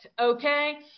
okay